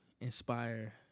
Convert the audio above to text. inspire